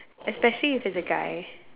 especially is there a guy